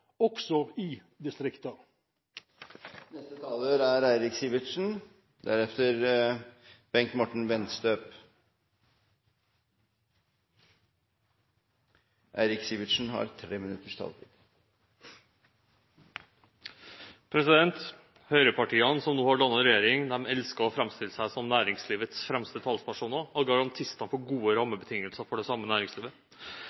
også i distriktene. Høyrepartiene som nå har dannet regjering, elsker å framstille seg som næringslivets fremste talspersoner og garantister for gode